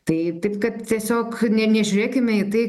tai taip kad tiesiog ne nežiūrėkime į tai